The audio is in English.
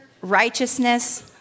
righteousness